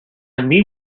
mean